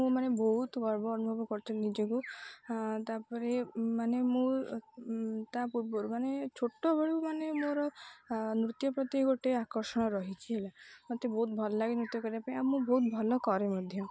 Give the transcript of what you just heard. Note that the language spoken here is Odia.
ମୁଁ ମାନେ ବହୁତ ଗର୍ବ ଅନୁଭବ କରିଥାଏ ନିଜକୁ ତା'ପରେ ମାନେ ମୁଁ ତା' ପୂର୍ବରୁ ମାନେ ଛୋଟବେଳୁ ମାନେ ମୋର ନୃତ୍ୟ ପ୍ରତି ଗୋଟେ ଆକର୍ଷଣ ରହିଚି ହେଲା ମୋତେ ବହୁତ ଭଲ ଲାଗେ ନୃତ୍ୟ କରିବା ପାଇଁ ଆଉ ମୁଁ ବହୁତ ଭଲ କରେ ମଧ୍ୟ